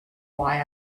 why